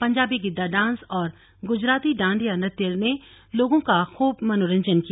Punjabi Giddha dance और गुजराती डांडिया नृत्य ने लोगों का खूब मनोरंजन किया